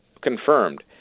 confirmed